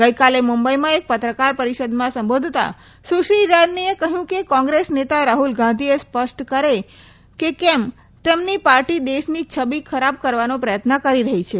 ગઇકાલે મુંબઇમાં એક પત્રકાર પરીષદમાં સંબોધતા સુશ્રી ઇરાનીએ કહ્યું કે કોંગ્રેસ નેતા રાહ્લ ગાંધીએ સ્પષ્ટ કરે કે કેમ તેમની પાર્ટી દેશની છબી ખરાબ કરવાનો પ્રયત્ન કરી રહી છે